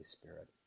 Spirit